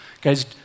Guys